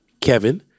kevin